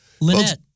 Lynette